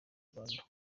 rwanda